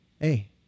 Hey